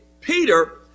Peter